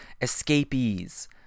escapees